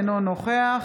אינו נוכח